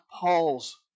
Paul's